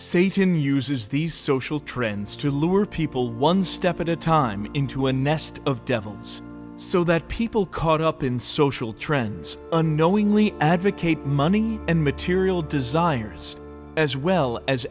satan uses these social trends to lure people one step at a time into a nest of devils so that people caught up in social trends unknowingly advocate money and material desires as well as